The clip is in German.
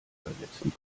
verletzen